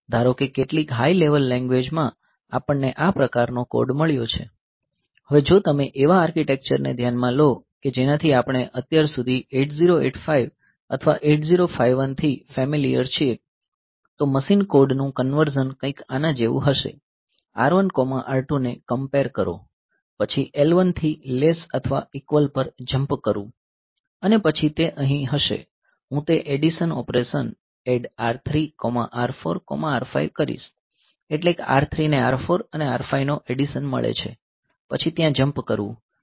ધારો કે કેટલીક હાય લેવલ લેન્ગ્વેજ માં આપણને આ પ્રકારનો કોડ મળ્યો છે હવે જો તમે એવા આર્કિટેક્ચર ને ધ્યાનમાં લો કે જેનાથી આપણે અત્યાર સુધી 8085 અથવા 8051 થી ફેમિલીયર છીએ તો મશીન કોડ નું કન્વર્ઝન કંઈક આના જેવું હશે R1 R2 ને કંપેર કરો પછી L1 થી લેસ અથવા ઈકવલ પર જમ્પ કરવું અને પછી તે અહીં હશે હું તે addition operation ADD R3 R4 R5 કરીશ એટલે કે R3 ને R4 અને R5 નો એડિશન મળે છે પછી ત્યાં જમ્પ કરવો જોઈએ ત્યાં તે હોવો જોઈએ